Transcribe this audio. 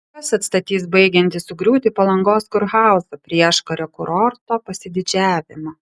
kas atstatys baigiantį sugriūti palangos kurhauzą prieškario kurorto pasididžiavimą